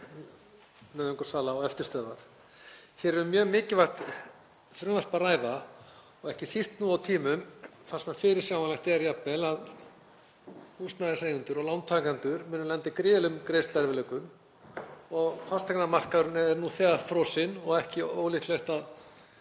nauðungarsala og eftirstöðvar. Hér er um mjög mikilvægt frumvarp að ræða og ekki síst nú á tímum þar sem fyrirsjáanlegt er jafnvel að húsnæðiseigendur og lántakendur munu lenda í gríðarlegum greiðsluerfiðleikum. Fasteignamarkaðurinn er nú þegar frosinn og ekki ólíklegt að